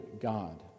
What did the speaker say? God